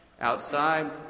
Outside